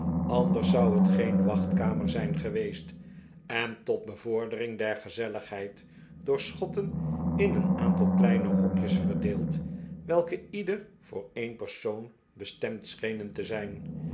anders zou het geen wachtkamer zijn geweest en tot bevordering der gezelligheid door schotten in een aantal kleine hokjes verdeeld welke ieder voor een persoon bestemd schenen te zijn